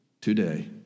today